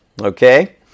Okay